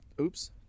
Oops